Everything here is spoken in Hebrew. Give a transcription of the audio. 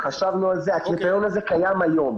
חשבנו על זה, הקריטריון הזה קיים היום.